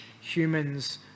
humans